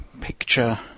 picture